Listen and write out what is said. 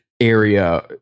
area